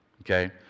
Okay